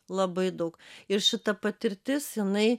labai daug ir šita patirtis jinai